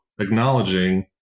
acknowledging